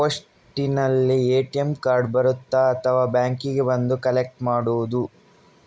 ಪೋಸ್ಟಿನಲ್ಲಿ ATM card ಬರುತ್ತಾ ಅಥವಾ ಬ್ಯಾಂಕಿಗೆ ಬಂದು ಕಲೆಕ್ಟ್ ಮಾಡುವುದು?